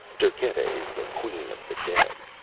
derketa is the queen of the dead.